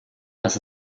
das